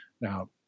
Now